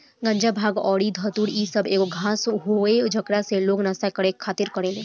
गाजा, भांग अउरी धतूर इ सब एगो घास हवे जेकरा से लोग नशा के खातिर करेले